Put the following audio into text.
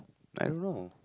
I don't know